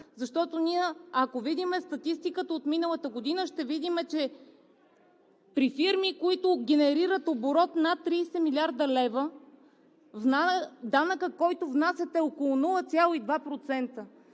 данък. Ако видим статистиката от миналата година, ще видим, че при фирми, които генерират оборот над 30 млрд. лв., данъкът, който внасят, е около 0,2%,